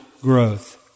growth